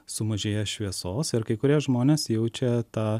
sumažėja šviesos ir kai kurie žmonės jaučia tą